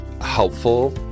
helpful